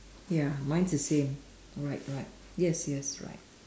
ya mine's the same right right yes yes right